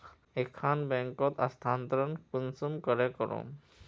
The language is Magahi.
एक खान बैंकोत स्थानंतरण कुंसम करे करूम?